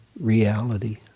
reality